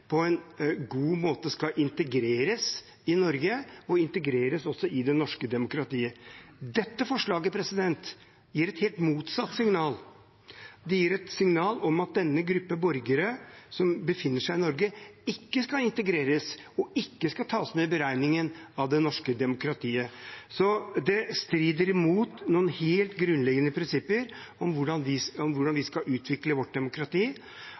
på en god måte skal integreres i Norge og integreres i det norske demokratiet. Dette forslaget gir et helt motsatt signal. Det gir et signal om at denne gruppen borgere som befinner seg i Norge, ikke skal integreres og ikke skal tas med i beregningen av det norske demokratiet. Så det strider mot noen helt grunnleggende prinsipper om hvordan vi skal utvikle vårt demokrati. Vårt demokrati